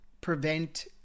prevent